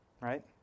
right